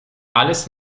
alles